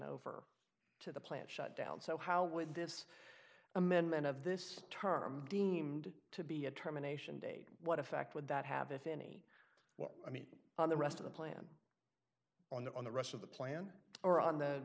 over to the plant shut down so how would this amendment of this term deemed to be a terminations what effect would that have if any well i mean on the rest of the plan on the rest of the plan or on the